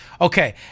okay